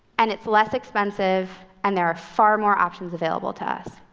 and it's less expensive, and there are far more options available to us.